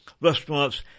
restaurants